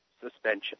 suspension